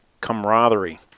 camaraderie